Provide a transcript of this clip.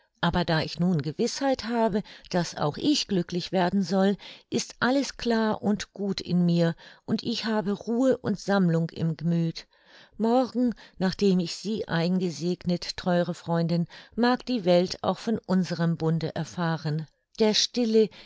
aber da ich nun gewißheit habe daß auch ich glücklich werden soll ist alles klar und gut in mir und ich habe ruhe und sammlung im gemüth morgen nachdem ich sie eingesegnet theure freundin mag die welt auch von unserem bunde erfahren der stille